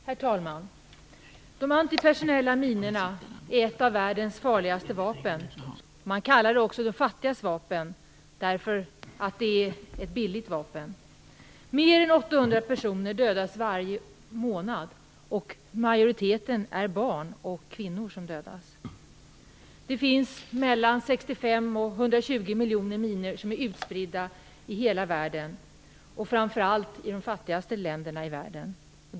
Herr talman! De antipersonella minorna är ett av världens farligaste vapen. Man kallar det också de fattigas vapen, därför att det är ett billigt vapen. Mer än 800 personer dödas varje månad, och majoriteten är barn och kvinnor. Det finns mellan 65 miljoner och 120 miljoner minor som är utspridda i hela världen, och framför allt i de fattigaste länderna i världen.